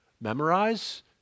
memorize